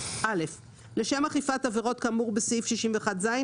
61ט. (א) "לשם אכיפת עבירות כאמור בסעיף 61ז,